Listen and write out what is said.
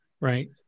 Right